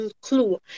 clue